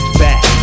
back